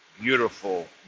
beautiful